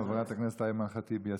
חברת הכנסת אימאן ח'טיב יאסין,